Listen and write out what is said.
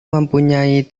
mempunyai